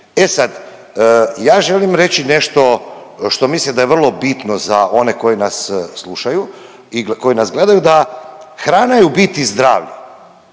E sad, ja želim reći nešto što mislim da je vrlo bitno za one koji nas slušaju i koji nas gledaju, da hrana je u biti zdravlje.